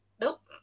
Nope